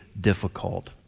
difficult